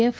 F